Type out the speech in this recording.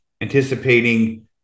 anticipating